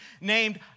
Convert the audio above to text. named